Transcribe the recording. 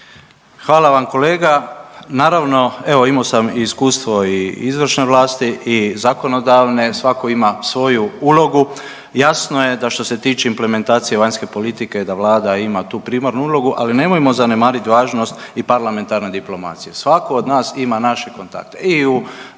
Hvala vam kolega. Naravno imao sam iskustvo i izvršne vlasti i zakonodavne, svako ima svoju ulogu. Jasno je da što se tiče implementacije vanjske politike da vlada ima tu primarnu ulogu, ali nemojmo zanemarit važnost i parlamentarne diplomacije. Svako od nas ima naše kontakte